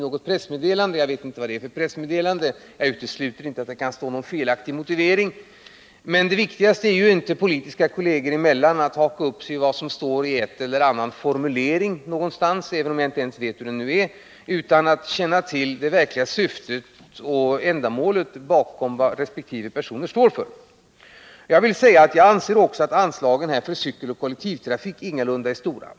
Jag utesluter inte att det i något pressmeddelande kan stå en felaktig motivering, men det viktigaste politiska kollegor emellan är ju inte att haka upp sig på vad som någonstans står i en eller annan formulering — jag vet alltså inte ens hur denna formulering är — utan att känna till det verkliga syftet med och ändamålet bakom vad resp. personer står för. Även jag anser att anslagen till cykeloch kollektivtrafik ingalunda är stora.